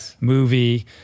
movie